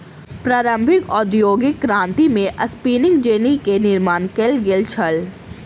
प्रारंभिक औद्योगिक क्रांति में स्पिनिंग जेनी के निर्माण कयल गेल छल